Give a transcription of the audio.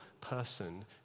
person